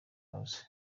house